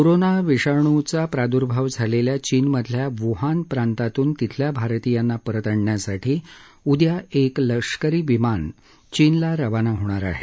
corona विषाणूचा प्रादूर्भाव झालेल्या चीनमधल्या व्हान प्रांतातून तिथल्या भारतीयांना परत आणण्यासाठी उद्या एक लष्करी विमान चीनला रवाना होणार आहे